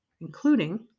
including